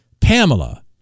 Pamela